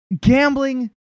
gambling